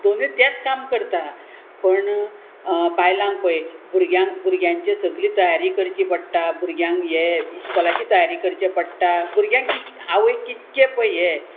दोनूय तेंत काम करता पूण बायलांक पय भुरग्यांक भुरग्यांचें सगली तयारी करची पडटा भुरग्यांक हे इस्कॉलाची तयारी करचे पडटा भुरग्यांक कित आवय कितके पय हें